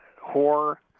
horror